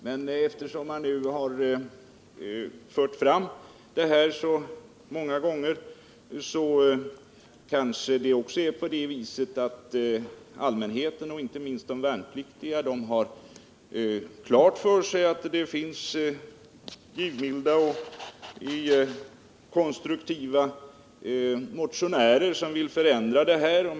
Men eftersom man nu har fört fram det här förslaget så många gånger, är det kanske så att allmänheten och även de värnpliktiga har klart för sig att det finns givmilda och konstruktiva motionärer som vill förändra systemet.